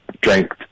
drank